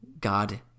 God